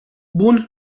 bun